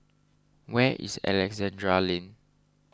where is Alexandra Lane